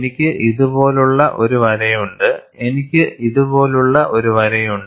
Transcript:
എനിക്ക് ഇതുപോലുള്ള ഒരു വരയുണ്ട് എനിക്ക് ഇതുപോലുള്ള ഒരു വരയുണ്ട്